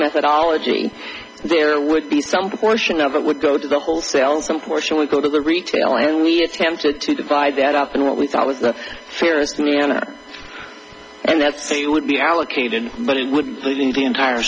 methodology there would be some portion of it would go to the wholesale some portion would go to the retail and we attempted to divide that up in what we thought was the fairest manner and that so you would be allocated but it would be the entire